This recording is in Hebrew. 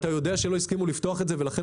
אתה יודע שלא הסכימו לפתוח את זה ולכן